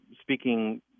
speaking